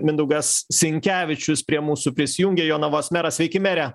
mindaugas sinkevičius prie mūsų prisijungė jonavos meras sveiki mere